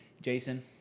Jason